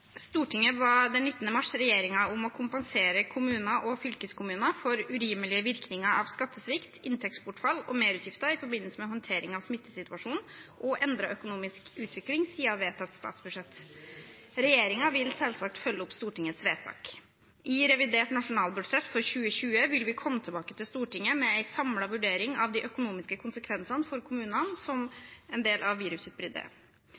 Stortinget ba den 19. mars regjeringen om å kompensere kommuner og fylkeskommuner for urimelige virkninger av skattesvikt, inntektsbortfall og merutgifter i forbindelse med håndteringen av smittesituasjonen og endret økonomisk utvikling siden vedtatt statsbudsjett. Regjeringen vil selvsagt følge opp Stortingets vedtak. I revidert nasjonalbudsjett for 2020 vil vi komme tilbake til Stortinget med en samlet vurdering av de økonomiske konsekvensene for kommunene